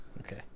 Okay